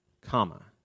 comma